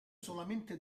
solamente